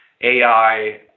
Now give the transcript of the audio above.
AI